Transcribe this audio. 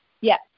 Yes